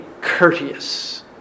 courteous